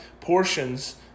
portions